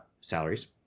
salaries